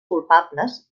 culpables